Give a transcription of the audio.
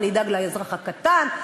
אדאג לאזרח הקטן,